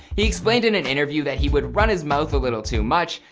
he explained in an interview that he would run his mouth a little too much.